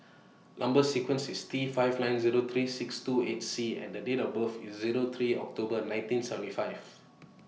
Number sequence IS T five nine Zero three six two eight C and The Date of birth IS Zero three October nineteen seventy five